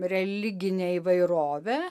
religinę įvairovę